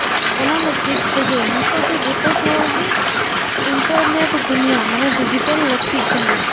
ᱚᱱᱟ ᱞᱟᱹᱜᱤᱫ ᱛᱮᱜᱮ ᱱᱤᱛᱚᱜ ᱫᱚ ᱡᱚᱛᱚ ᱦᱚᱲᱜᱮ ᱤᱱᱴᱟᱨᱱᱮᱴ ᱫᱩᱱᱤᱭᱟ ᱢᱟᱱᱮ ᱰᱤᱡᱤᱴᱟᱞ ᱞᱟᱹᱠᱛᱤᱜ ᱠᱟᱱᱟ